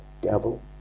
devil